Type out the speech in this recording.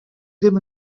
ddim